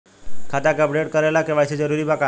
खाता के अपडेट करे ला के.वाइ.सी जरूरी बा का?